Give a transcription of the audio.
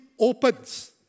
opens